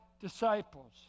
disciples